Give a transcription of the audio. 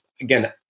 again